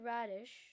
Radish